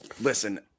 listen